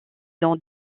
dans